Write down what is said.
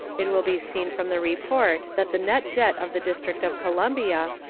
it will be seen from the report that the net debt of the district of columbia,